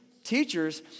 Teachers